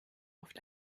oft